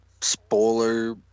spoiler